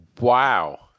Wow